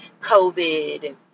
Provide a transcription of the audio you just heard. COVID